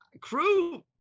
Crew